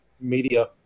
media